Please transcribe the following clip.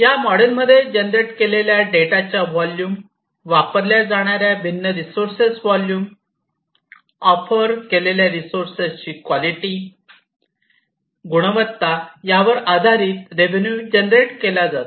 या मॉडेलमध्ये जनरेट केलेल्या डेटाच्या व्हॉल्यूम वापरल्या जाणार्या भिन्न रिसोर्सेस व्हॉल्यूम ऑफर केलेल्या रिसोर्सेसची क्वॉलिटी गुणवत्ता यावर आधारित रेव्ह्यून्यू जनरेट केला जातो